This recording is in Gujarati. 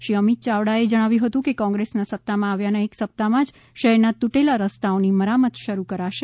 શ્રી અમિત યાવડાએ જણાવ્યું હતું કે કોંગ્રેસના સત્તામાં આવ્યાના એક સપ્તાહમાં જ શહેરના તૂટેલા રસ્તાઓની મરામત્ત શરૂ કરવામાં આવશે